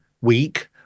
week